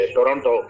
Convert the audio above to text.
Toronto